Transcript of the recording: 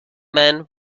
man